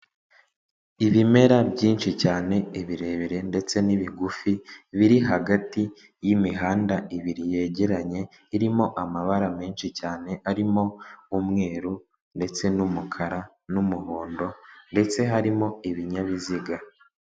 Ibimera byinshi cyane birebire ndetse n'ibigufi biri hagati y'imihanda ibiri yegeranye irimo amabara menshi cyane arimo umweru ndetse n'umukara n'umuhondo ndetse harimo ibinyabiziga.